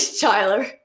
Tyler